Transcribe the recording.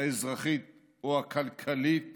האזרחית או הכלכלית